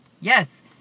Yes